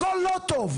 הכל לא טוב.